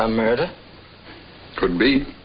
america could be